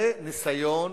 זה ניסיון